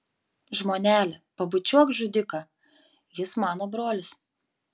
žmonele pabučiuok žudiką jis mano brolis